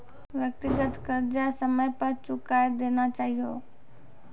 व्यक्तिगत कर्जा समय पर चुकाय देना चहियो